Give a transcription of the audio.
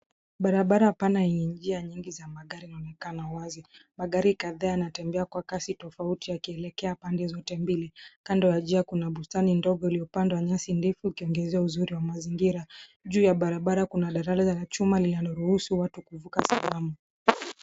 Barabara pana yenye njia nyingi za magari inaonekana wazi. Magari kadhaa yanatembea kwa kasi tofauti yakielekea pande zote mbili. Kando ya njia kuna bustani ndogo iliyopandwa nyasi ndefu ikiongezea uzuri wa mazingira. Juu ya barabara kuna daraja la chuma linaloruhusu watu kuvuka salama.